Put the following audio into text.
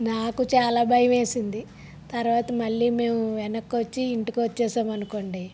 నాకు చాలా భయమేసింది తర్వాత మళ్ళీ మేము వెనక్కొచ్చి ఇంటికొచ్చేసాము అనుకోండి